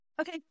Okay